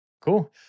cool